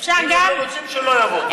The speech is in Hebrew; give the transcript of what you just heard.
אם הם לא רוצים, שלא יבואו.